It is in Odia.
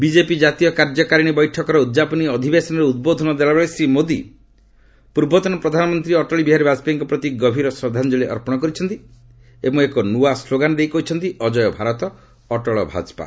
ବିକେପି ଜାତୀୟ କାର୍ଯ୍ୟକାରିଣୀ ବୈଠକର ଉଦ୍ଯାପନୀ ଅଧିବେଶନରେ ଉଦ୍ବୋଧନ ଦେଲାବେଳେ ଶ୍ରୀ ମୋଦି ପୂର୍ବତନ ପ୍ରଧାନମନ୍ତ୍ରୀ ଅଟଳ ବିହାରୀ ବାଜପେୟୀଙ୍କ ପ୍ରତି ଗଭୀର ଶ୍ରଦ୍ଧାଞ୍ଚଳି ଅର୍ପଣ କରିଛନ୍ତି ଏବଂ ଏକ ନ୍ତଆ ସ୍କୋଗାନ ଦେଇ କହିଛନ୍ତି ଅଜୟ ଭାରତ ଅଟଳ ଭାକପା